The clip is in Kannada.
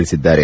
ತಿಳಿಸಿದ್ದಾರೆ